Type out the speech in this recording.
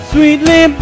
Sweetly